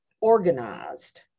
organized